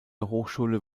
hochschule